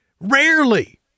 Rarely